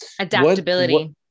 Adaptability